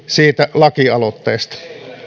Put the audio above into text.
siitä lakialoitteesta